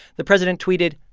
the president tweeted,